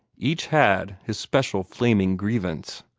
each had his special flaming grievance.